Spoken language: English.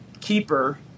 keeper